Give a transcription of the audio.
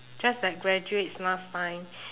just like graduates last time